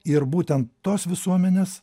ir būtent tos visuomenės